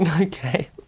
Okay